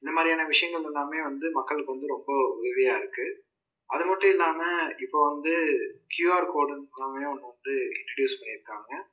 இந்த மாதிரியான விஷயங்கள் எல்லாமே வந்து மக்களுக்கு வந்து ரொம்ப உதவியாக இருக்குது அது மட்டும் இல்லாமல் இப்போது வந்து க்யூஆர் கோட்டிலேருந்து பணமே ஒன்று வந்து இன்டடியூஸ் பண்ணியிருக்காங்க